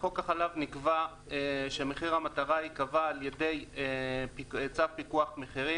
בחוק החלב נקבע שמחיר המטרה ייקבע בצו פיקוח מחירים